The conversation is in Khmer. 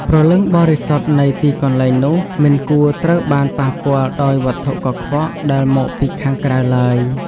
ព្រលឹងបរិសុទ្ធនៃទីកន្លែងនោះមិនគួរត្រូវបានប៉ះពាល់ដោយវត្ថុកខ្វក់ដែលមកពីខាងក្រៅឡើយ។